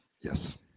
yes